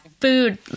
food